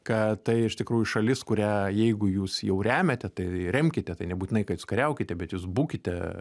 kad tai iš tikrųjų šalis kurią jeigu jūs jau remiate tai remkite tai nebūtinai kad jūs kariaukite bet jūs būkite